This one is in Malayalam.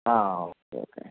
ആ ഓക്കെ ഓക്കെ